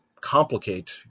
complicate